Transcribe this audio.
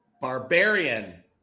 barbarian